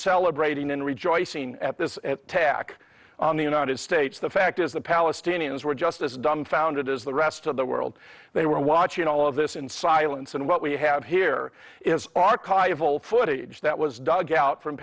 celebrating in rejoicing at this attack on the united states the fact is the palestinians were just as dumbfounded as the rest of the world they were watching all of this in silence and what we have here is archival footage that was dug out from